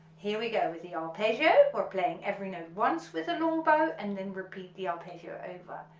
here we go with the arpeggio, we're playing every note once with a long bow and then repeat the arpeggio over,